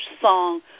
song